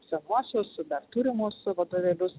savuosius dar turimus vadovėlius